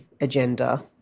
agenda